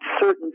certain